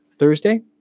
Thursday